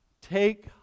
take